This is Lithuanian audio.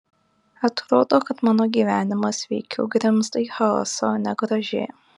atrodo kad mano gyvenimas veikiau grimzta į chaosą o ne gražėja